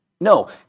No